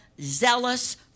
zealous